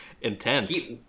intense